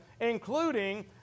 including